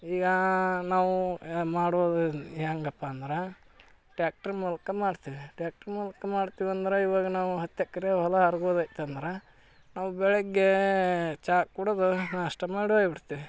ಈಗ ನಾವು ಯ ಮಾಡೋದು ಹೆಂಗಪ್ಪ ಅಂದ್ರೆ ಟ್ಯಾಕ್ಟ್ರು ಮೂಲಕ ಮಾಡ್ತೀವಿ ಟ್ಯಾಕ್ಟ್ರು ಮೂಲಕ ಮಾಡ್ತೀವಿ ಅಂದರೆ ಇವಾಗ ನಾವು ಹತ್ತು ಎಕರೆ ಹೊಲ ಹರ್ಗೊದ್ ಇತ್ತು ಅಂದ್ರೆ ನಾವು ಬೆಳಗ್ಗೆ ಚಾ ಕುಡಿದು ನಾಷ್ಟಾ ಮಾಡಿ ಹೋಗ್ಬಿಡ್ತಿವಿ